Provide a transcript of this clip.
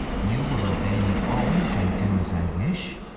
you will obey me always and do as i wish?